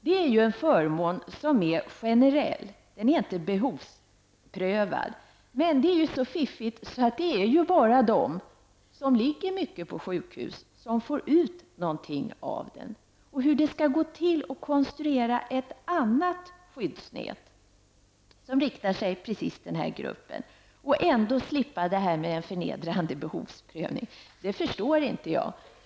Det är ju en förmån som är generell, den är inte behovsprövad. Men det är ju så fiffigt att det är bara de som ligger mycket på sjukhus som får ut någonting av denna förmån. Hur det skall gå till att konstruera ett annat skyddsnät som riktar sig precis till denna grupp och ändå slippa en förnedrande behovsprövning, förstår inte jag.